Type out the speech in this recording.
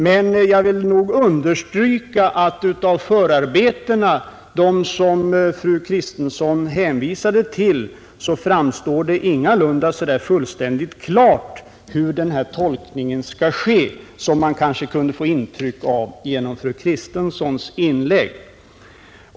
Men jag vill understryka att det av förarbetena, som fru Kristensson hänvisade till, ingalunda så klart framgår hur tolkningen skall ske som fru Kristenssons inlägg kanske kunde ge sken av.